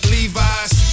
Levi's